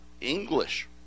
English